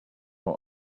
are